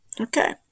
Okay